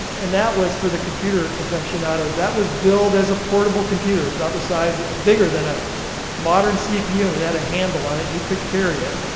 and that was, for the computer aficionados, that was billed as a portable computer. it's about the size, bigger than a modern cpu, and it had a handle on it. you could carry it.